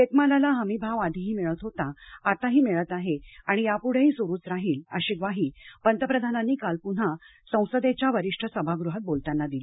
शेतमालाला हमी भाव आधीही मिळत होता आताही मिळत आहे आणि या पुढेही सुरूच राहील अशी ग्वाही पंतप्रधानांनी काल पुन्हा संसदेच्या वरिष्ठ सभागृहात बोलताना दिली